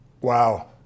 Wow